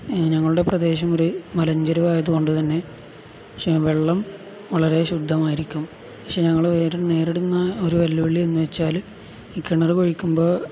ഞങ്ങളുടെ പ്രദേശം ഒരു മലഞ്ചരിവായതുകൊണ്ടുതന്നെ പക്ഷെ വെള്ളം വളരെ ശുദ്ധമായിരിക്കും പക്ഷെ ഞങ്ങള് വേറെ നേരിടുന്ന ഒരു വെല്ലുവിളി എന്നുവച്ചാല് ഈ കിണര് കുഴിക്കുമ്പോള്